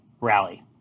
rally